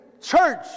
church